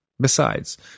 Besides